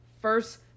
first